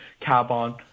carbon